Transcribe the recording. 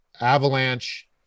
Avalanche